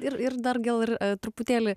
ir ir dar gal ir truputėlį